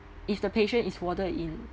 if the patient is warded in